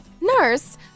Nurse